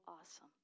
awesome